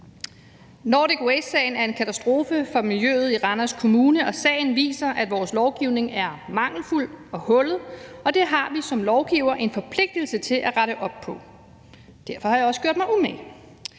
Nordic Waste-sagen er en katastrofe for miljøet i Randers Kommune, og sagen viser, at vores lovgivning er mangelfuld og hullet, og det har vi som lovgivere en forpligtelse til at rette op på. Derfor har jeg også gjort mig umage.